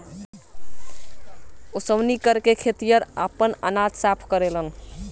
ओसौनी करके खेतिहर आपन अनाज साफ करेलेन